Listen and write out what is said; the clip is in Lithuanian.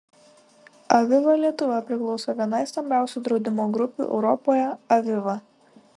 aviva lietuva priklauso vienai stambiausių draudimo grupių europoje aviva